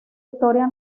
historia